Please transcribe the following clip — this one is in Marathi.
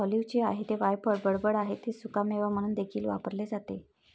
ऑलिव्हचे आहे ते वायफळ बडबड आहे ते सुकामेवा म्हणून देखील वापरले जाते